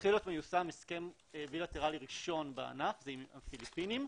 התחיל להיות מיושם הסכם בילטרלי ראשון בענף ועם הפיליפינים,